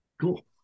Cool